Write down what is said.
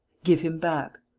give him back.